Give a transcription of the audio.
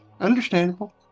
Understandable